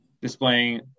displaying